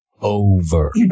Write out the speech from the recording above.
Over